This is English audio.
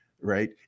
Right